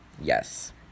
Yes